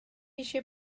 eisiau